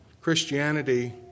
Christianity